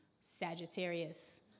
Sagittarius